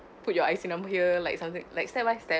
put your I_C number here like something like step by step